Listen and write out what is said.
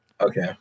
Okay